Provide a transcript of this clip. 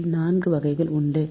இதில் 4 வகைகள் உண்டு